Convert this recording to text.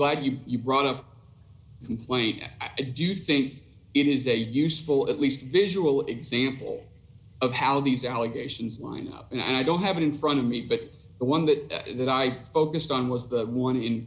glad you brought up complaint that i do think it is a useful at least visual example of how these allegations line up and i don't have it in front of me but the one that that i focused on was the one in